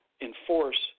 enforce